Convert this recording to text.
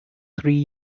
three